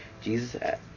Jesus